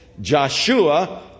Joshua